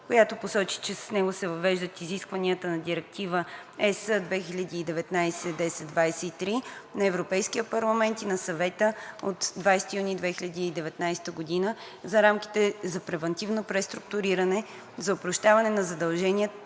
която посочи, че с него се въвеждат изискванията на Директива (ЕС) 2019/1023 на Европейския парламент и на Съвета от 20 юни 2019 г. за рамките за превантивно преструктуриране, за опрощаването на задължения